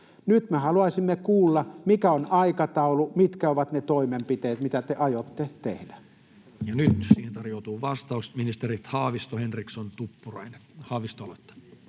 Nyt me haluaisimme kuulla: mikä on aikataulu ja mitkä ovat ne toimenpiteet, mitä te aiotte tehdä? Ja nyt siihen tarjoutuu vastaus. — Ministerit Haavisto, Henriksson, Tuppurainen. Haavisto aloittaa.